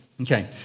Okay